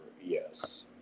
yes